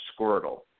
Squirtle